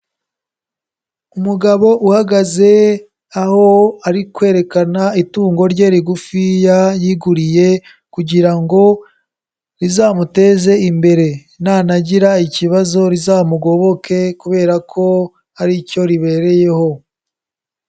Umugabo uhagaze aho ari kwerekana itungo rye rigufiya yiguriye kugira ngo rizamuteze imbere, nanagira ikibazo rizamugoboke kubera ko ari cyo ribereyeho.